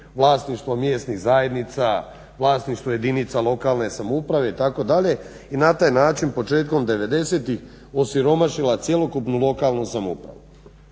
vlasništvo mjesnih zajednica, vlasništvo jedinica lokalne samouprave itd. i na taj način početkom '90-ih osiromašila cjelokupnu lokalnu samoupravu